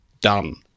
Done